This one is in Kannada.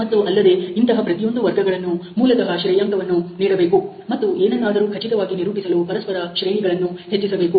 ಮತ್ತು ಅಲ್ಲದೆ ಇಂತಹ ಪ್ರತಿಯೊಂದು ವರ್ಗಗಳನ್ನು ಮೂಲತಹ ಶ್ರೇಯಾಂಕವನ್ನು ನೀಡಬೇಕು ಮತ್ತು ಏನನ್ನಾದರೂ ಖಚಿತವಾಗಿ ನಿರೂಪಿಸಲು ಪರಸ್ಪರ ಶ್ರೇಣಿಗಳನ್ನು ಹೆಚ್ಚಿಸಬೇಕು